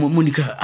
Monica